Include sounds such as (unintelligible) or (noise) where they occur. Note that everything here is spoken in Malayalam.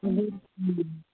(unintelligible)